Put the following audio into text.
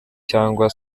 cyangwa